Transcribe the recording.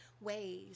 ways